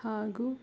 ಹಾಗು